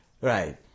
Right